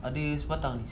ada sebatang